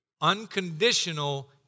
unconditional